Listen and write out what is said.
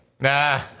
Nah